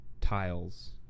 tiles